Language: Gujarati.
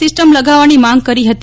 સિસ્ટમ લગાવવાની માંગ કરી હતી